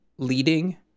leading